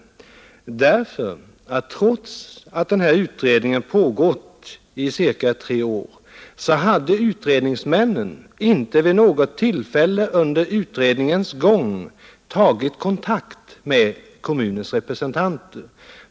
Trots att den här utredningen pågått i cirka tre år hade nämligen inte utredningsmännen vid något tillfälle under utredningens gång tagit kontakt med kommunens representanter.